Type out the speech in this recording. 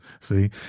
See